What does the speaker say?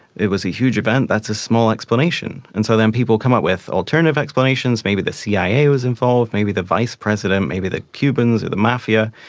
it was a huge event that's a small explanation. and so then people come up with alternative explanations, maybe the cia was involved, maybe the vice president, maybe the cubans or the mafia,